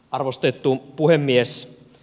arvostettu puhemies